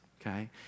okay